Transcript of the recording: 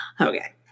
okay